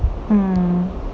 mm